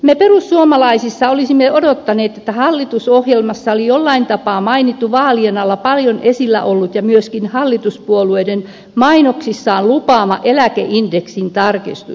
me perussuomalaisissa olisimme odottaneet että hallitusohjelmassa olisi jollain tapaa mainittu vaalien alla paljon esillä ollut ja myöskin hallituspuolueiden mainoksissaan lupaama eläkeindeksin tarkistus